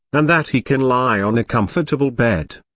and that he can lie on a comfortable bed.